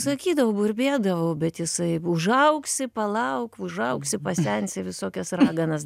sakydavau burbėdavau bet jisai užaugsi palauk užaugsi pasensi visokias raganas